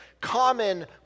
common